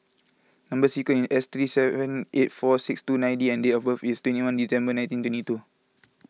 Number Sequence is S three seven eight four six two nine D and date of birth is twenty one December nineteen twenty two